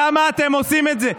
למה אתם עושים את זה?